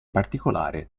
particolare